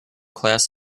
class